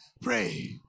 Pray